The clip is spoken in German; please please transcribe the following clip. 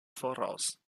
voraus